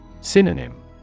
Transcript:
Synonym